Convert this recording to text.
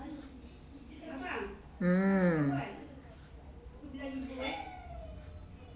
mm